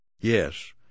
Yes